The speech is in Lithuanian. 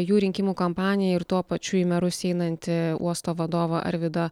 jų rinkimų kampaniją ir tuo pačiu į merus einantį uosto vadovą arvydą